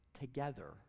together